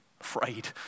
afraid